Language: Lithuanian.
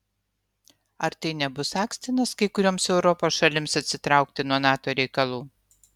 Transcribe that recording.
ar tai nebus akstinas kai kurioms europos šalims atsitraukti nuo nato reikalų